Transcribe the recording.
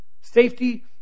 Safety